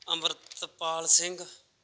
Amritpal Singh